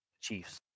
Chiefs